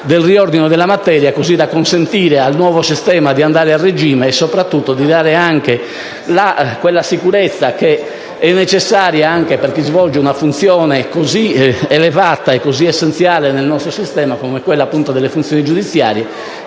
un riordino della materia, così da consentire al nuovo sistema di andare a regime. Si tratta soprattutto di dare anche sicurezza - necessaria per chi svolge una funzione così elevata ed essenziale nel nostro sistema, come quella delle funzioni giudiziarie